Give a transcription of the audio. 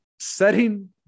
setting